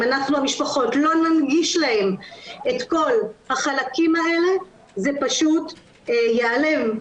אם אנחנו המשפחות לא ננגיש להם את כל החלקים האלה זה פשוט ייעלם.